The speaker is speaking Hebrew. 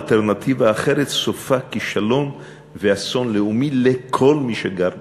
כל אלטרנטיבה סופה כישלון ואסון לאומי לכל מי שגר בנגב.